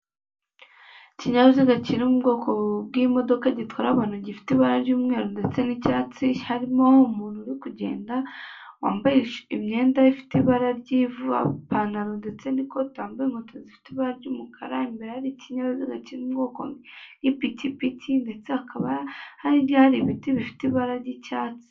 Ikinyabiziga kiri mu bwoko bw'imodoka gitwara abantu gifite ibara ry'umweru ndetse n'icyatsi, harimo umuntu uri kugenda, wambaye imyenda ifite ibara ry'ivu, ipantaro ndetse n'ikote, wambaye inkweto zifite ibara ry'umukara, imbere ye hari ikinyabiziga kiri bwoko bw'ipikipiki ndetse hakaba harya hari ibiti bifite ibara ry'icyatsi.